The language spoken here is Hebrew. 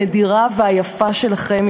הנדירה והיפה שלכם,